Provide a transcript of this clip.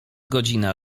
godzina